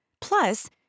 Plus